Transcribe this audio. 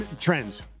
Trends